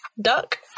Duck